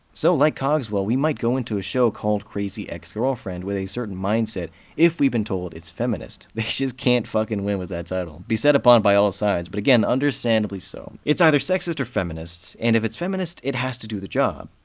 so, like cogswell, we might go into a show called crazy ex-girlfriend with a certain mindset if we've been told it's feminist. they just can't fucking win with that title, beset upon by all sides, but again, understandably so. it's either sexist or feminist, and if it's feminist, it has to do the job,